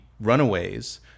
runaways